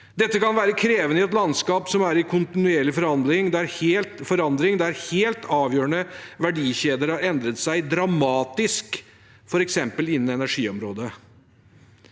Dette kan være krevende i et landskap som er i kontinuerlig forandring, der helt avgjørende verdikjeder har endret seg dramatisk, f.eks. innen energiområdet.